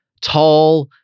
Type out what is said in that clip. tall